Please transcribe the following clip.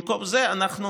במקום זה אנחנו,